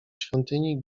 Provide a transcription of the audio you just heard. świątyni